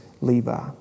Levi